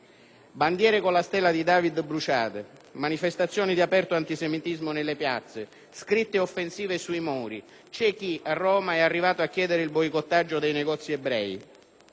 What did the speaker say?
Bandiere con la stella di David bruciate, manifestazioni di aperto antisemitismo nelle piazze, scritte offensive sui muri: c'è chi, a Roma, è arrivato a chiedere il boicottaggio dei negozi ebrei.